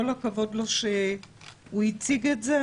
כל הכבוד לו שהוא הציג את זה.